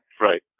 Right